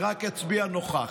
אני רק אצביע "נוכח".